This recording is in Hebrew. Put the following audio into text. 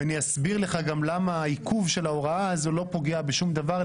ואני אסביר לך גם למה העיכוב של ההוראה הזו לא פוגע בשום דבר,